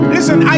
Listen